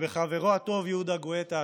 ובחברו הטוב יהודה גואטה,